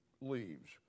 leaves